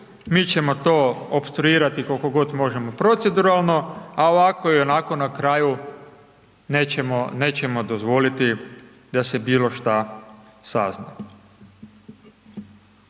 mi ćemo to opstruirati koliko god možemo proceduralno, a ovako i onako na kraju nećemo dozvoliti da se bilo šta sazna.